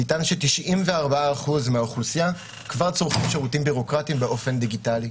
נטען ש-94% מהאוכלוסייה כבר צורכים שירותים ביורוקרטיים באופן דיגיטלי.